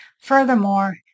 Furthermore